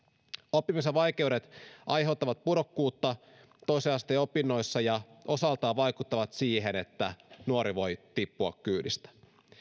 oppimisen vaikeudet aiheuttavat pudokkuutta toisen asteen opinnoissa ja osaltaan vaikuttavat siihen että nuori voi tippua kyydistä